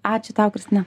ačiū tau kristina